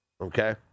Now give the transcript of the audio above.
okay